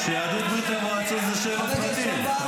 הקומוניסטים החליטו להוציא את כל הדתות.